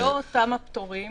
זה לא אותם הפטורים